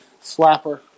Slapper